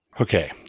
Okay